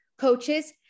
coaches